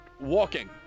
walking